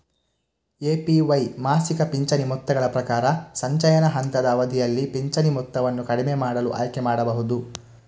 APY ಮಾಸಿಕ ಪಿಂಚಣಿ ಮೊತ್ತಗಳ ಪ್ರಕಾರ, ಸಂಚಯನ ಹಂತದ ಅವಧಿಯಲ್ಲಿ ಪಿಂಚಣಿ ಮೊತ್ತವನ್ನು ಕಡಿಮೆ ಮಾಡಲು ಆಯ್ಕೆ ಮಾಡಬಹುದು